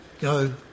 go